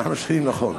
אנחנו שכנים, נכון.